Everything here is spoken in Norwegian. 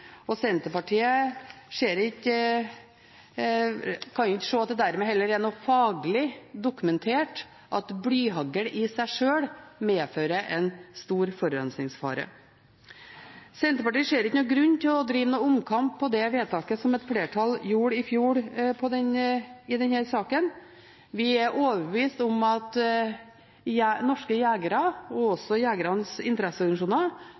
Senterpartiet kan ikke se at det dermed er faglig dokumentert at blyhagl i seg sjøl medfører en stor forurensningsfare. Senterpartiet ser ikke noen grunn til å drive noen omkamp om det vedtaket som et flertall gjorde i fjor i denne saken. Vi er overbevist om at norske jegere og